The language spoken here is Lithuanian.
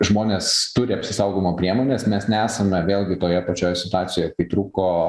žmonės turi apsisaugojimo priemones mes nesame vėlgi toje pačioje situacijoje kai trūko